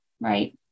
right